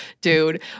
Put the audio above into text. dude